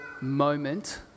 moment